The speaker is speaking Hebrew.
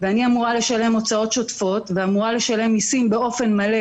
ואני אמורה לשלם הוצאות שוטפות ואמורה לשלם מיסים באופן מלא,